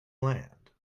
land